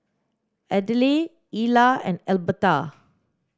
Adelle Ila and Alberta